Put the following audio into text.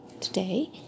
Today